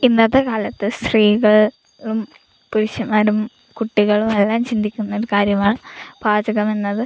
ഇന്നത്തെ കാലത്ത് സ്ത്രീകൾ പുരുഷന്മാരും കുട്ടികളും എല്ലാം ചിന്തിക്കുന്ന ഒരു കാര്യമാണ് പാചകം എന്നത്